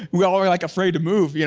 we all were like afraid to move, you